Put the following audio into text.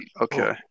Okay